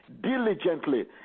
diligently